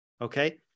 Okay